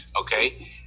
Okay